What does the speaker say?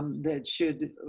that should,